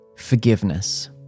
forgiveness